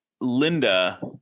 Linda